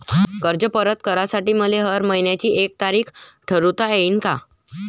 कर्ज परत करासाठी मले हर मइन्याची एक तारीख ठरुता येईन का?